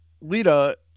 Lita